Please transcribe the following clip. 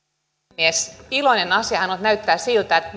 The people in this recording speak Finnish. puhemies iloinen asiahan on että näyttää siltä että